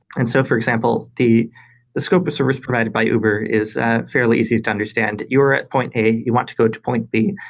and so for example, the the scope a service provided by uber is ah fairly easy to understand. you are at point a. you want to go to point b.